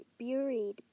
buried